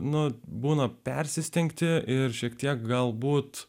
na būna persistengti ir šiek tiek galbūt